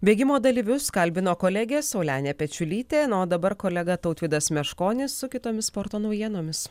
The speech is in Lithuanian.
bėgimo dalyvius kalbino kolegė saulenė pečiulytė na o dabar kolega tautvydas meškonis su kitomis sporto naujienomis